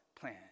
plan